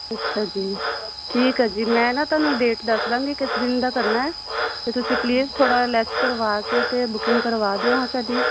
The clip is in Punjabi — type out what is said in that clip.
ਅੱਛਾ ਜੀ ਠੀਕ ਹੈ ਜੀ ਮੈਂ ਨਾ ਤੁਹਾਨੂੰ ਡੇਟ ਦੱਸ ਦਾਂਗੀ ਕਿਸ ਦਿਨ ਦਾ ਕਰਨਾ ਅਤੇ ਤੁਸੀਂ ਪਲੀਜ਼ ਥੋੜ੍ਹਾ ਲੈਸ ਕਰਵਾ ਕੇ ਅਤੇ ਬੁਕਿੰਗ ਕਰਵਾ ਦਿਓ ਸਾਡੀ